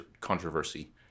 controversy